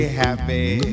happy